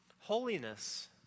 Holiness